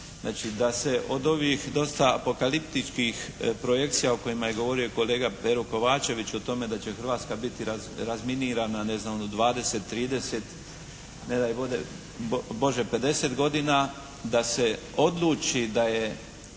Znači, da se od ovih dosta apokaliptičkih projekcija o kojima je govorio i kolega Pero Kovačević, o tome da će Hrvatska biti razminirana ne znam u 20, 30, ne daj Bože 50 godina, da se odluči da je